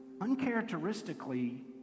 uncharacteristically